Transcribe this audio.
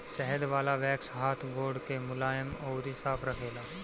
शहद वाला वैक्स हाथ गोड़ के मुलायम अउरी साफ़ रखेला